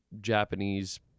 Japanese